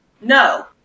No